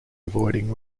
avoiding